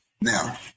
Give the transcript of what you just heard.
Now